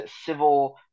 civil